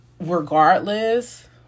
regardless